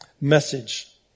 message